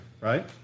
right